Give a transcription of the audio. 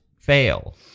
fail